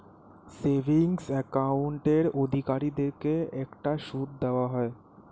savings অ্যাকাউন্টের অধিকারীদেরকে একটা সুদ দেওয়া হয়